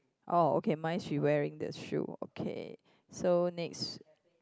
oh okay my she wearing the shoe okay so next